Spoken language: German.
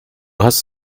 hast